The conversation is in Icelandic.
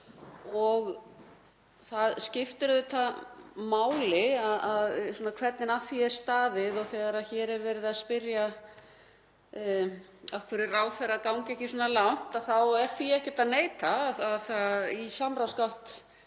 Það skiptir auðvitað máli hvernig að því er staðið, og þegar hér er verið að spyrja af hverju ráðherra gangi ekki svona langt þá er því ekki að neita að í samráðsgátt